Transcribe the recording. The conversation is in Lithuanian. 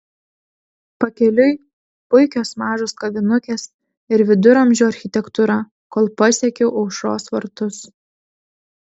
pakeliui puikios mažos kavinukės ir viduramžių architektūra kol pasiekiau aušros vartus